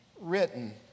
written